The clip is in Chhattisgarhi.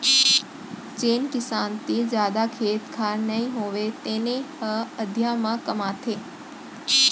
जेन किसान तीर जादा खेत खार नइ होवय तेने ह अधिया म कमाथे